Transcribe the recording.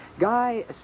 Guy